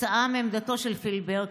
כתוצאה מעמדתו של פילבר,